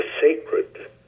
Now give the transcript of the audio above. sacred